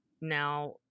now